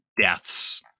deaths